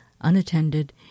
unattended